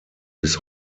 bis